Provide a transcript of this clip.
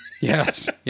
yes